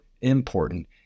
important